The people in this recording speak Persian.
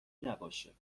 نباشه